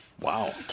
Wow